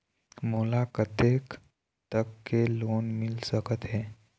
मोला कतेक तक के लोन मिल सकत हे?